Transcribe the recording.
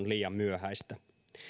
liian myöhäistä